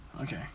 Okay